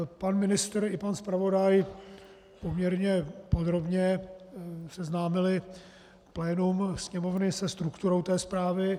Pan ministr i pan zpravodaj poměrně podrobně seznámili plénum Sněmovny se strukturou té zprávy.